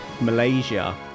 Malaysia